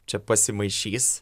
čia pasimaišys